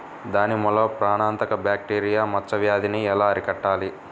దానిమ్మలో ప్రాణాంతక బ్యాక్టీరియా మచ్చ వ్యాధినీ ఎలా అరికట్టాలి?